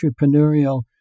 entrepreneurial